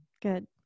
Good